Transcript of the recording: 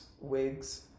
wigs